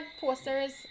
posters